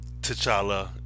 t'challa